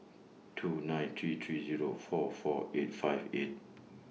two nine three three Zero four four eight five eight